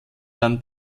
waren